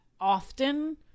often